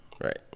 right